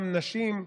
גם נשים,